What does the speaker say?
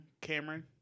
Cameron